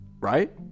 right